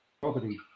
property